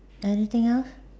anything else